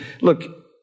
Look